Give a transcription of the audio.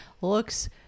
looks